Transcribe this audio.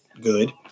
good